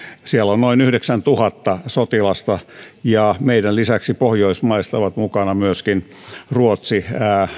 siellä on noin yhdeksäntuhatta sotilasta ja meidän lisäksemme pohjoismaista ovat mukana myöskin ruotsi